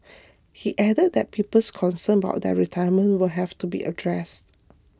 he added that people's concerns about their retirement will have to be addressed